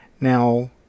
Now